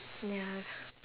ya